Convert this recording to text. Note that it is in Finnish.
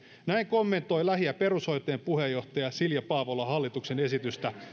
näin kommentoi lähi ja perushoitajien puheenjohtaja silja paavola hallituksen esitystä